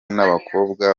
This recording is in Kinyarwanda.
n’abakobwa